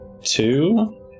Two